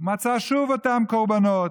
מצא שוב אותם קורבנות.